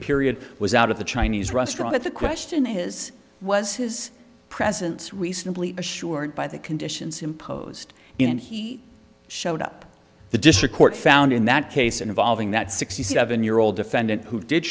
period was out of the chinese restaurant at the question his was his presence reasonably assured by the conditions imposed and he showed up the district court found in that case involving that sixty seven year old defendant who did